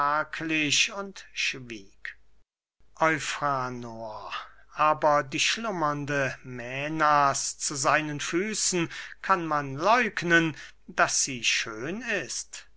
und schwieg eufranor aber die schlummernde mänas zu seinen füßen kann man läugnen daß sie schön ist